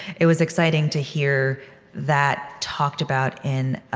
it was exciting to hear that talked about in